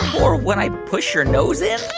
or when i push your nose in.